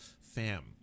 fam